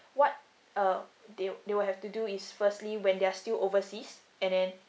what uh they they will have to do is firstly when they're still overseas and then